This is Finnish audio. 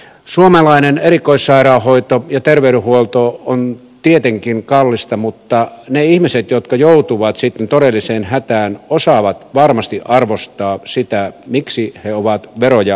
suomalainen erikoissairaanhoito ja terveydenhuolto on tietenkin kallista mutta ne ihmiset jotka joutuvat sitten todelliseen hätään osaavat varmasti arvostaa sitä miksi he ovat veroja maksaneet